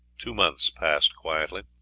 two months passed quietly.